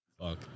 Fuck